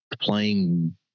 playing